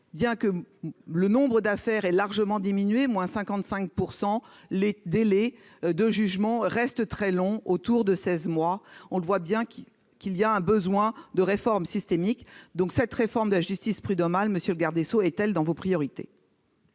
bien que le nombre d'affaires et largement diminué, moins 55 % les délais de jugement reste très long autour de 16 mois, on le voit bien qu'il qu'il y a un besoin de réforme systémique, donc cette réforme de la justice prud'homale, monsieur le garde des Sceaux est-elle dans vos priorités.